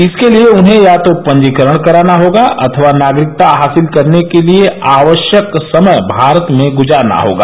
इसके लिए उन्हें या तो पंजीकरण कराना होगा अथवा नागरिकता हासिल करने के लिए आवश्यक समय भारत में गुजारना होगा